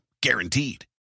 guaranteed